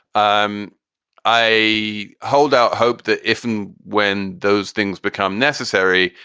um i hold out hope that if and when those things become necessary,